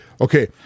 okay